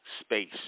space